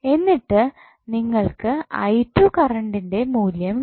എന്നിട്ട് നിങ്ങൾക്ക് കറണ്ടിൻ്റെ മൂല്യം കിട്ടി